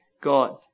God